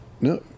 No